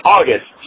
August